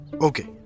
Okay